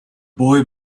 boy